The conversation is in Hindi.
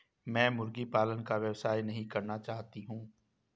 मैं मुर्गी पालन का व्यवसाय नहीं करना चाहता हूँ